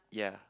ya